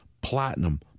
platinum